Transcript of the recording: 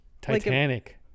Titanic